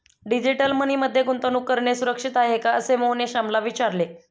digital money मध्ये गुंतवणूक करणे सुरक्षित आहे का, असे मोहनने श्यामला विचारले